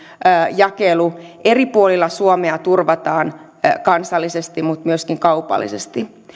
jakelu eri puolilla suomea turvataan kansallisesti mutta myöskin kaupallisesti